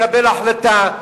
לקבל החלטה,